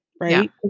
right